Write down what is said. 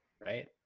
right